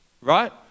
Right